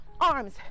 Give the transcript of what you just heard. Arms